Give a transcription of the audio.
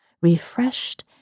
refreshed